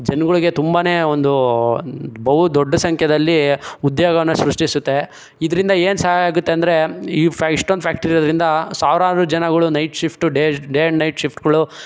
ಜನ್ಗಳಿಗೆ ತುಂಬಾ ಒಂದು ಬಹುದೊಡ್ಡ ಸಂಖ್ಯೆದಲ್ಲಿ ಉದ್ಯೋಗವನ್ನು ಸೃಷ್ಟಿಸುತ್ತೆ ಇದರಿಂದ ಏನು ಸಹಾಯ ಆಗತ್ತೆ ಅಂದರೆ ಈ ಫ ಇಷ್ಟೊಂದು ಫ್ಯಾಕ್ಟ್ರಿ ಇರೋದ್ರಿಂದ ಸಾವಿರಾರು ಜನಗಳು night shift day and night ಶಿಫ್ಟ್ಗಳು